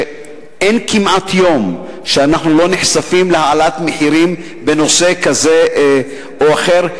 אין כמעט יום שאנחנו לא נחשפים להעלאת מחירים בנושא כזה או אחר,